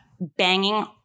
banging